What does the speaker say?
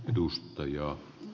edustaja